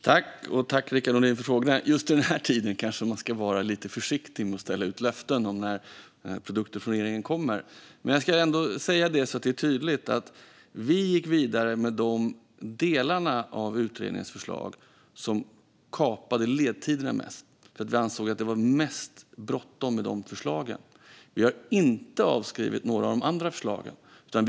Fru talman! Tack, Rickard Nordin, för frågorna! Just den här tiden kanske man ska vara lite försiktig med att ställa ut löften om när produkter från regeringen kommer, men jag ska ändå säga det så att det är tydligt: Vi gick vidare med de delar av utredningens förslag som kapade ledtiderna mest. Vi ansåg att det var mest bråttom med de förslagen. Vi har inte avskrivit några av de andra förslagen.